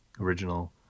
Original